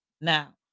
Now